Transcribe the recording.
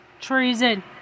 treason